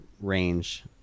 range